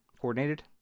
coordinated